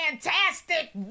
Fantastic